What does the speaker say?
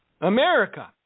America